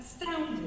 astounded